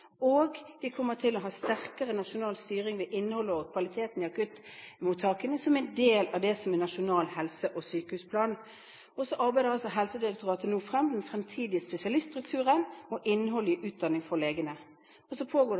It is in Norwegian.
Og vi kommer til å ha sterkere nasjonal styring med innholdet og kvaliteten i akuttmottakene, som en del av det som er nasjonal helse- og sykehusplan. Så arbeider Helsedirektoratet nå frem den fremtidige spesialiststrukturen og innholdet i utdanningen for legene. Og så pågår det